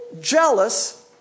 jealous